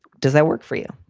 does that work for you?